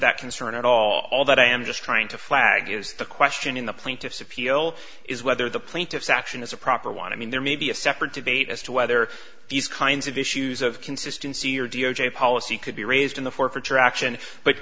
that concern at all all that i am just trying to flag is the question in the plaintiff's appeal is whether the plaintiff's action is a proper want to mean there may be a separate debate as to whether these kinds of issues of consistency or d o j policy could be raised in the forfeiture action but